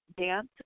dance